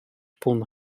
пулнӑ